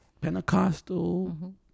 Pentecostal